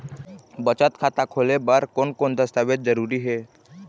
बचत खाता खोले बर कोन कोन दस्तावेज जरूरी हे?